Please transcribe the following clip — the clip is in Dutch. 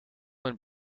mijn